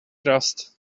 crust